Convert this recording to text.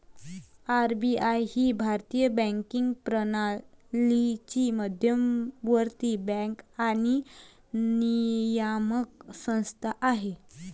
RBI ही भारतीय banking प्रणालीची मध्यवर्ती बँक आणि नियामक संस्था आहे